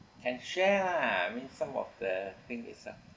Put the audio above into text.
can share ah I mean some of the thing itself